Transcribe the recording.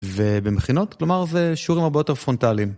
ובמכינות, כלומר זה שיעורים הרבה יותר פרונטליים.